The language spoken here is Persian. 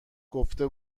گفته